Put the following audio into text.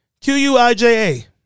Q-U-I-J-A